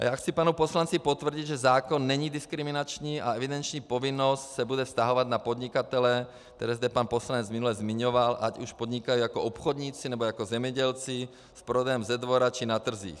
Já chci panu poslanci potvrdit, že zákon není diskriminační a evidenční povinnost se bude vztahovat na podnikatele, které zde pan poslanec minule zmiňoval, ať už podnikají jako obchodníci, nebo jako zemědělci prodejem ze dvora či na trzích.